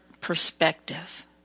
perspective